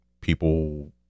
people